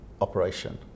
operation